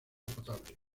potable